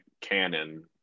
canon